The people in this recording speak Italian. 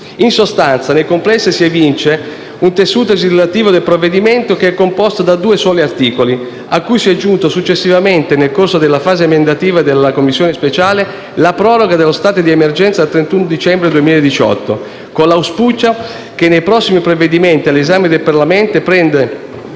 In sostanza, nel complesso si evince un tessuto legislativo del provvedimento che è composto da due soli articoli, cui si è aggiunto successivamente, nel corso della fase emendativa della Commissione speciale, la proroga dello stato di emergenza al 31 dicembre 2018, con l'auspicio che nei prossimi provvedimenti all'esame del Parlamento si